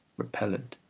repellent,